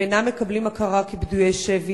הם אינם מקבלים הכרה כפדויי שבי,